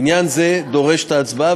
עניין זה דורש הצבעה,